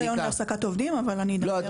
אני לא מכירה רישיון להעסקת עובדים אבל אני אברר.